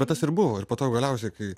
va tas ir buvo ir po to galiausiai kai